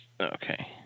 Okay